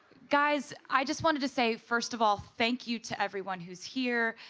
guys, i just want to say first of all, thank you to everyone who is here.